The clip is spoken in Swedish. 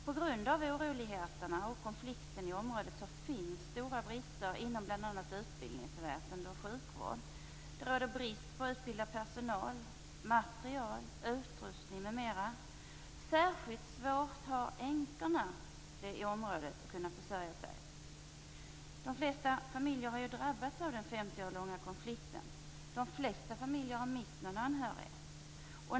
På grund av oroligheterna och konflikten i området finns det stora brister inom bl.a. utbildningsväsendet och sjukvården. Det råder brist på utbildad personal, material, utrustning m.m. Särskilt svårt att försörja sig har änkorna i området. De flesta familjer har drabbats av den 50 år långa konflikten. De flesta familjer har också mist någon anhörig.